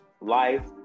life